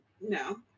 no